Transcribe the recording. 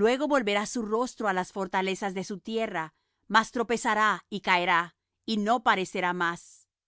luego volverá su rostro á las fortalezas de su tierra mas tropezará y caerá y no parecerá más